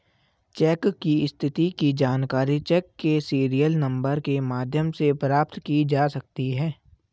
check की स्थिति की जानकारी चेक के सीरियल नंबर के माध्यम से प्राप्त की जा सकती है